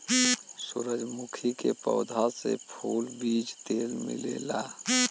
सूरजमुखी के पौधा से फूल, बीज तेल मिलेला